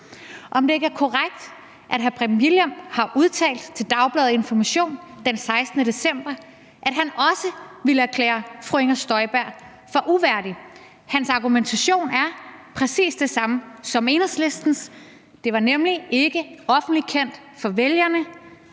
om det ikke er korrekt, at hr. Preben Wilhjelm har udtalt til dagbladet Information den 16. december, at han også ville erklære fru Inger Støjberg for uværdig, og hans argumentation er præcis den samme som Enhedslistens. Det var nemlig ikke offentligt kendt for vælgerne,